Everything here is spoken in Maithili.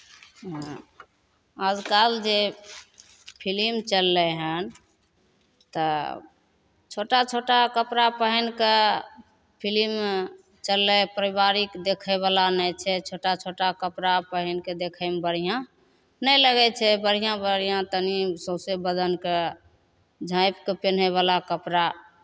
आजकल जे फिलिम चललै हन तऽ छोटा छोटा कपड़ा पेन्ह कऽ फिलिम चललै हइ पारिवारिक देखयवला नहि छै छोटा छोटा कपड़ा पेन्ह कऽ देखयमे बढ़िआँ नहि लगै छै बढ़िआँ बढ़िआँ तनि सौँसे बदनकेँ झाँपि कऽ पेन्हयवला कपड़ा